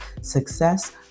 success